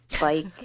bike